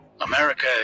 America